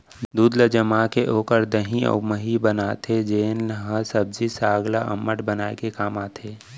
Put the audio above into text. दूद ल जमाके ओकर दही अउ मही बनाथे जेन ह सब्जी साग ल अम्मठ बनाए के काम आथे